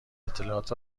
اطلاعات